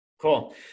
Cool